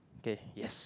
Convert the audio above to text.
K yes